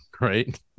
right